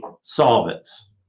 solvents